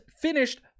finished